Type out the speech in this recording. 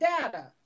data